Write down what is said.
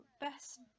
best